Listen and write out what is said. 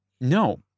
No